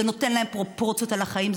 זה נותן להם פרופורציות על החיים,